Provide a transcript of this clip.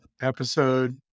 episode